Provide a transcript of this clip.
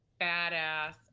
badass